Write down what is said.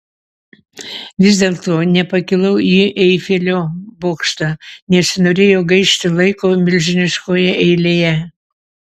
vis dėlto nepakilau į eifelio bokštą nesinorėjo gaišti laiko milžiniškoje eilėje